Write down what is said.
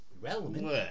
realm